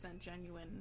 genuine